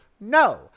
No